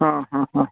ആ ആ ആ